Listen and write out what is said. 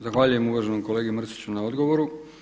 Zahvaljujem uvaženom kolegi Mrsiću na odgovoru.